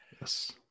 Yes